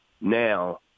now